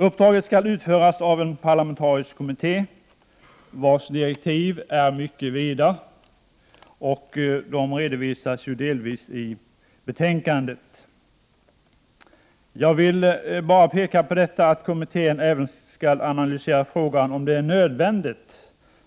Uppdraget skall utföras av en parlamentarisk kommitté, vars direktiv är mycket vida. Dessa redovisas delvis i betänkandet. Jag vill bara peka på att kommittén även skall analysera frågan om det är nödvändigt